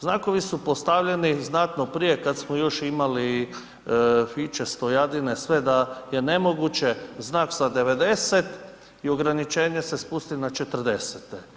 Znakovi su postavljeni znatno prije kada smo još imali Fiće, stojadine, sve, da je nemoguće znak sa 90 i ograničenje se spusti na 40.